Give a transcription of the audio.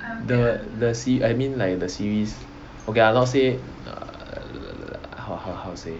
the se~ I mean like the series ok lah not say err how how how to say